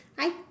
I